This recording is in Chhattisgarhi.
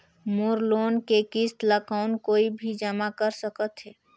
मोर लोन के किस्त ल कौन कोई भी जमा कर सकथे?